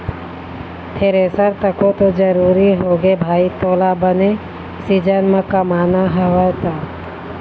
thresher तको तो जरुरी होगे भाई तोला बने सीजन म कमाना हवय त